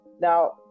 now